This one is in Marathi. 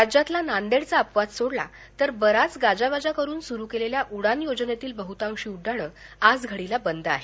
राज्यात नांदेडचा अपवाद सोडला तर बराच गाजावाजा करून सुरू केलेल्या उडान योजनेतील बहतांशी उड्डाणं आजघडीला बंद आहेत